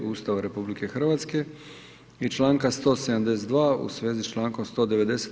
Ustava RH i članka 172. u svezi sa člankom 190.